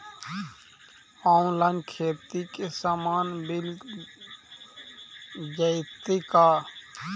Online खेती के सामान मिल जैतै का?